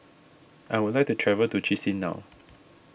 I would like to travel to Chisinau